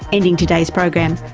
ending today's program.